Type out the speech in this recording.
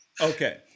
Okay